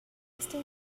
still